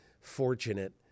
fortunate